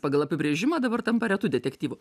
pagal apibrėžimą dabar tampa retu detektyvu